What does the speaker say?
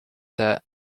that